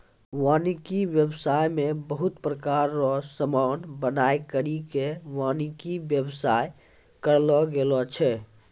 वानिकी व्याबसाय मे बहुत प्रकार रो समान बनाय करि के वानिकी व्याबसाय करलो गेलो छै